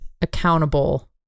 accountable